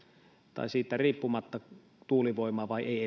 tai siitä riippumatta tuulivoimaa vai ei